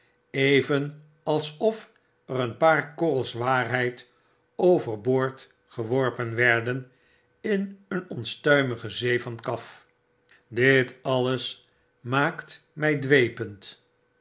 even alsof er een paar korrels waarheid over boord geworpen werden in een onstuimige zee van saf dit alles maakt mij dwepend